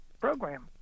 Program